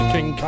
King